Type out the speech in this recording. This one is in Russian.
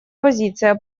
позиция